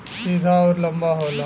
सीधा अउर लंबा होला